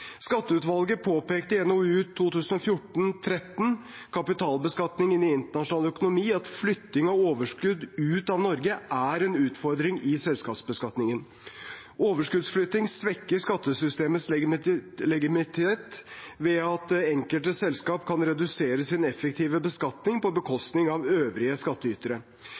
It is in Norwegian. Skatteutvalget påpekte i NOU 2014:13, Kapitalbeskatning i en internasjonal økonomi, at flytting av overskudd ut av Norge er en utfordring i selskapsbeskatningen. Overskuddsflytting svekker skattesystemets legitimitet ved at enkelte selskap kan redusere sin effektive beskatning på bekostning av øvrige